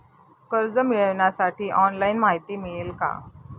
कर्ज मिळविण्यासाठी ऑनलाइन माहिती मिळेल का?